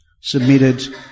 submitted